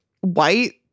white